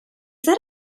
that